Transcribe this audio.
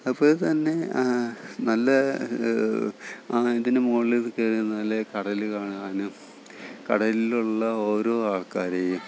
അപ്പോൾ തന്നെ നല്ല ഇതിന് മുകളിലേക്ക് കയറി നിന്നാൽ കടൽ കാണാനും കടലിലുള്ള ഓരോ ആൾക്കാരേം